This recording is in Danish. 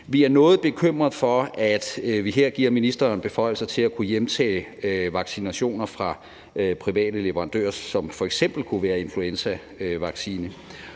Vi er noget bekymrede for, at vi her giver ministeren beføjelser til at kunne hjemtage vaccinationer fra private leverandører, som f.eks. kunne være en influenzavaccine.